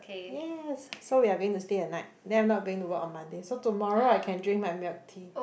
yes so we are going to stay a night then I'm not going to work on Monday so tomorrow I can drink my milk tea yes